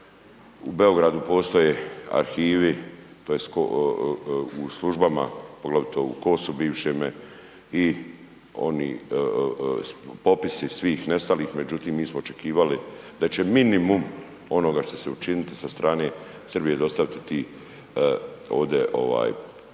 u Beogradu postoje arhivi koje u službama, poglavito u KOS-u bivšem i oni popisi svih nestalih, međutim mi smo očekivali da će minimum onoga što će se učiniti sa strane, Srbija dostaviti ti ovdje, da